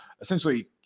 essentially